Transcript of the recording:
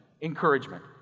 encouragement